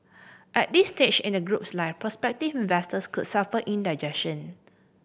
at this stage in the group's life prospective investors could suffer indigestion